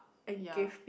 ya